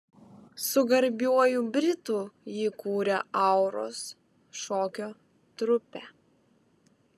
su garbiuoju britu jį kūrė auros šokio trupę